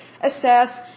assess